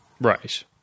Right